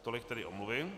Tolik tedy omluvy.